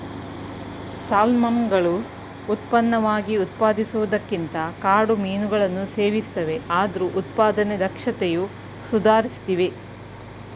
ಸಾಲ್ಮನ್ಗಳು ಉತ್ಪನ್ನವಾಗಿ ಉತ್ಪಾದಿಸುವುದಕ್ಕಿಂತ ಕಾಡು ಮೀನನ್ನು ಸೇವಿಸ್ತವೆ ಆದ್ರೂ ಉತ್ಪಾದನೆ ದಕ್ಷತೆಯು ಸುಧಾರಿಸ್ತಿದೆ